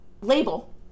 label